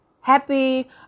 Happy